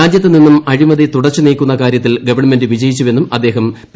രാജ്യത്തുനിന്നും അഴിമതി തുടച്ചുനീക്കുന്ന കാര്യത്തിൽ ഗവൺമെന്റ് വിജയിച്ചുവെന്നും അദ്ദേഹം പി